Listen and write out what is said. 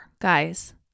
guys